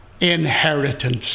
inheritance